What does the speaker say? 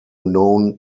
known